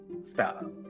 stop